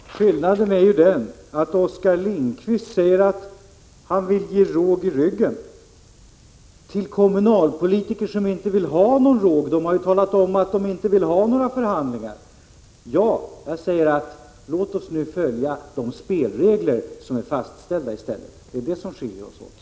Herr talman! Skillnaden är den att Oskar Lindkvist säger att han vill ge råg i ryggen till kommunalpolitiker som inte vill ha någon råg. De har talat om att de inte vill ha några förhandlingar. Jag säger: Låt oss nu i stället följa de spelregler som är fastställda. Det är det som skiljer oss åt.